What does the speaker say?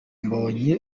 mbonyi